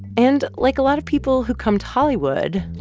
and like a lot of people who come to hollywood,